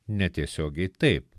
netiesiogiai taip